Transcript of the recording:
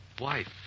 Wife